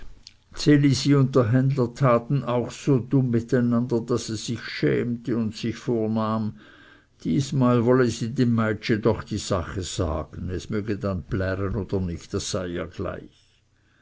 händler taten auch so dumm miteinander daß sie sich schämte und sich vornahm diesmal wolle sie dem meitschi doch die sache sagen es möge dann plären oder nicht das sei ihr gleich